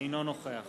אינו נוכח